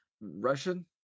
Russian